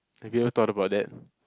have you ever thought about that